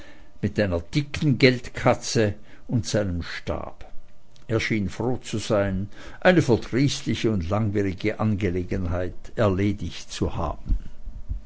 mit seiner dicken geldkatze und seinem stabe er schien froh zu sein eine verdrießliche und langwierige angelegenheit erledigt zu sehen